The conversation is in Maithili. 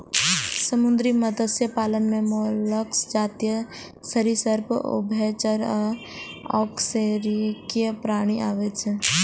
समुद्री मत्स्य पालन मे मोलस्क, जलीय सरिसृप, उभयचर आ अकशेरुकीय प्राणी आबै छै